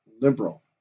liberal